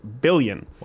billion